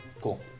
Cool